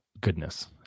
goodness